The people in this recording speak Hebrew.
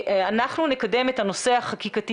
אנחנו נקדם את הנושא החקיקתי.